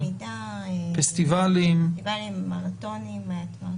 פסטיבלים, מרתונים.